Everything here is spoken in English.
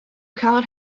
card